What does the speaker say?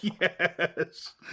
Yes